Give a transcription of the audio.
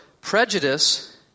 prejudice